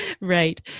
Right